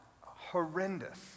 horrendous